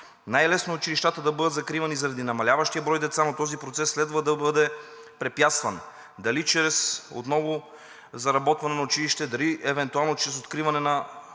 Най-лесно е училищата да бъдат закривани заради намаляващия брой деца, но този процес следва да бъде препятстван – дали отново да заработи училище, дали евентуално чрез откриване на